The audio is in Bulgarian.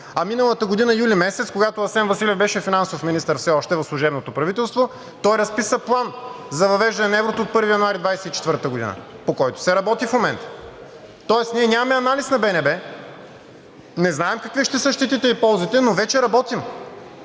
А миналата година юли месец, когато Асен Василев беше финансов министър все още в служебното правителство, той разписа План за въвеждане на еврото от 1 януари 2024 г., по който се работи в момента, тоест ние нямаме анализ на БНБ, не знаем какви ще са щетите и ползите, но вече работим.